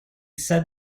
said